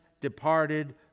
departed